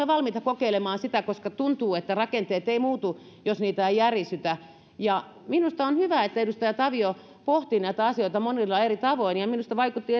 valmiita kokeilemaan sitä koska tuntuu että rakenteet eivät muutu jos niitä ei järisytä minusta on hyvä että edustaja tavio pohtii näitä asioita monilla eri tavoin ja minusta vaikutti